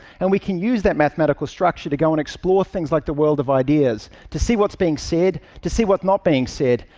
and we can use that mathematical structure to go and explore things like the world of ideas to see what's being said, to see what's not being said,